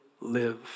live